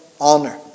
honor